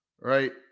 right